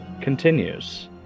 continues